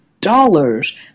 dollars